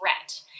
threat